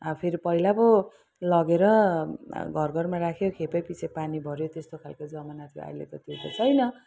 अब फेरि पहिला पो लगेर घरघरमा राख्यो खेपैपिच्छे पानी भऱ्यो त्यस्तो खालको जमाना थियो अहिले त त्यो त छैन